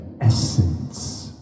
essence